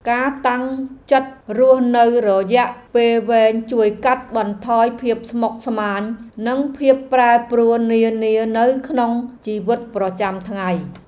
ការតាំងចិត្តរស់នៅរយៈពេលវែងជួយកាត់បន្ថយភាពស្មុគស្មាញនិងភាពប្រែប្រួលនានានៅក្នុងជីវិតប្រចាំថ្ងៃ។